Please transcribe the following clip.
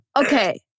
Okay